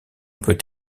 peut